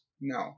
No